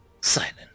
silent